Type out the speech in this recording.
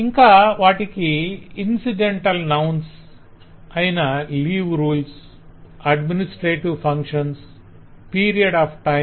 ఇంకా వాటికి incidental nouns incidental nouns సందర్భానుసార నామవాచకాలు అయిన leave rules administrative functions period of time